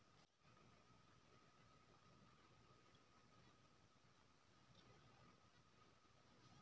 एगारहम शेड्यूल पंचायती राज सँ संबंधित उनतीस टा बिषय पर गप्प करै छै